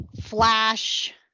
flash